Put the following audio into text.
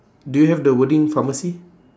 do you have the wording pharmacy